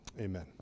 Amen